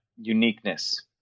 uniqueness